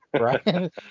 right